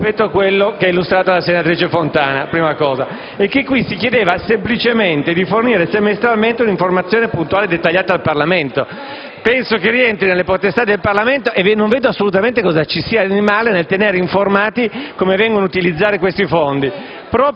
rispetto a quello che è stato illustrato dalla senatrice Fontana, nel quale peraltro si chiedeva semplicemente di fornire semestralmente un'informazione puntuale e dettagliata al Parlamento. Penso che ciò rientri nelle potestà del Parlamento: non vedo assolutamente cosa ci sia di male a tenere informate le Aule parlamentari su come vengono utilizzati questi fondi.